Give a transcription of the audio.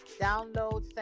download